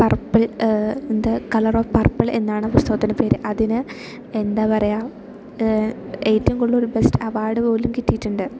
purple എന്താണ് colour of purple എന്നാണ് പുസ്തകത്തിന് പേര് അതിന് എന്താണ് പറയുക ഏറ്റവും കൂടുതൽ ഒരു ബെസ്റ്റ് അവാർഡ് പോലും കിട്ടിയിട്ടുണ്ട്